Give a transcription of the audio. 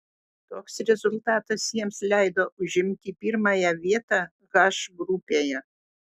toks rezultatas jiems leido užimti pirmąją vietą h grupėje